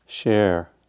share